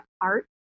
art